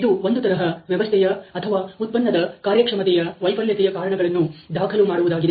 ಇದು ಒಂದು ತರಹ ವ್ಯವಸ್ಥೆಯ ಅಥವಾ ಉತ್ಪನ್ನದ ಕಾರ್ಯಕ್ಷಮತೆಯ ವೈಫಲ್ಯತೆಯ ಕಾರಣಗಳನ್ನು ದಾಖಲು ಮಾಡುವುದಾಗಿದೆ